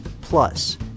plus